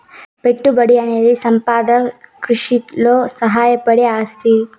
పెట్టుబడనేది సంపద సృష్టిలో సాయపడే ఆస్తి